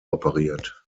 operiert